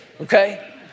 Okay